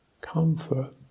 comfort